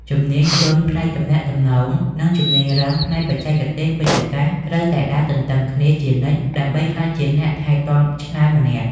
ជំនាញទន់ផ្នែកទំនាក់ទំនង និងជំនាញរឹងផ្នែកបច្ចេកទេសវេជ្ជសាស្ត្រ ត្រូវតែដើរទន្ទឹមគ្នាជានិច្ចដើម្បីក្លាយជាអ្នកថែទាំឆ្នើមម្នាក់។